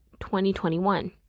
2021